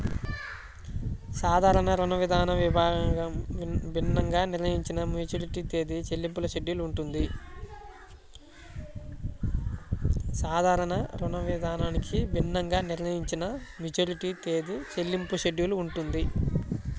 సాధారణ రుణవిధానానికి భిన్నంగా నిర్ణయించిన మెచ్యూరిటీ తేదీ, చెల్లింపుల షెడ్యూల్ ఉంటుంది